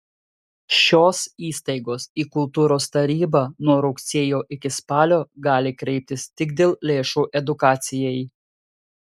šios įstaigos į kultūros tarybą nuo rugsėjo iki spalio gali kreiptis tik dėl lėšų edukacijai